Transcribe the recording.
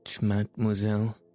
mademoiselle